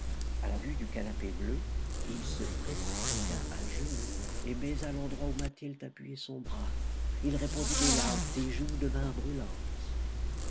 a la vue du canapé bleu il se précipita à genoux et baisa l'endroit où mathilde appuyait son bras il répandit des larmes ses joues devinrent brûlantes